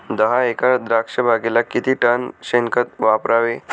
दहा एकर द्राक्षबागेला किती टन शेणखत वापरावे?